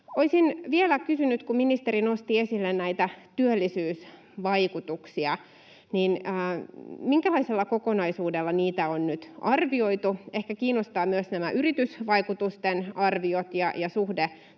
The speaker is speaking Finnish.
Olisin vielä kysynyt, kun ministeri nosti esille näitä työllisyysvaikutuksia, minkälaisella kokonaisuudella niitä on nyt arvioitu. Ehkä kiinnostavat myös nämä yritysvaikutusten arviot ja suhde